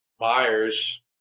buyers